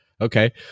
okay